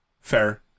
Fair